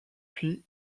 puis